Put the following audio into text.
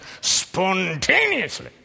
spontaneously